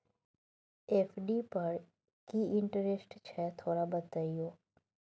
FD पर की interest छय थोरा बतईयो?